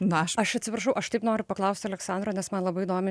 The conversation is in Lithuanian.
na aš atsiprašau aš tik noriu paklausti aleksandro nes man labai įdomi š